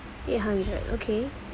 eight hundred okay